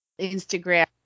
Instagram